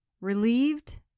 Relieved